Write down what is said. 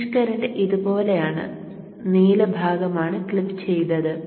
switch current ഇതുപോലെയാണ് നീല ഭാഗമാണ് ക്ലിപ്പ് ചെയ്തത്